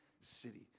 city